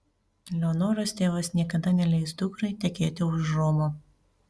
leonoros tėvas niekada neleis dukrai tekėti už romo